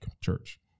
church